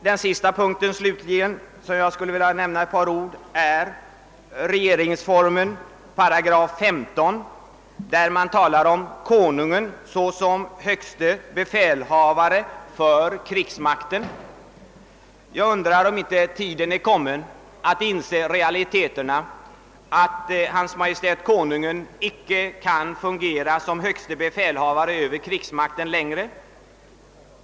Den sista punkt som jag skulle vilja beröra med några ord gäller regeringsformens 8 15, där det talas om Konungen såsom högste befälhavare för krigs makten. Jag undrar om inte tiden är mogen för att inse att Hans Majestät Konungen inte längre kan fungera som högste befälhavare över krigsmakten.